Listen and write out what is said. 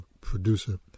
producer